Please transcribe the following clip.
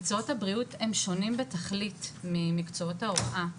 מקצועות הבריאות הם שונים בתכלית ממקצועות ההוראה,